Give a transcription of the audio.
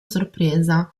sorpresa